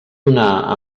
donar